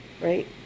right